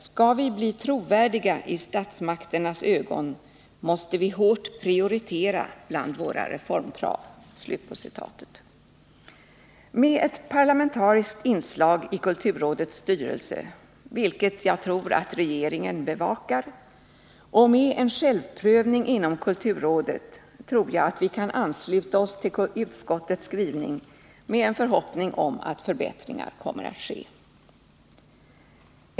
——— Skall vi bli trovärdiga i statsmakternas ögon, måste vi hårt prioritera bland våra reformkrav.” Med ett parlamentariskt inslag i kulturrådets styrelse, vilket jag tror att regeringen bevakar, och med en självprövning inom kulturrådet tror jag att vi kan ansluta oss till utskottets skrivning med en förhoppning att förbättringar kommer att ske.